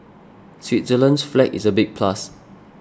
Switzerland's flag is a big plus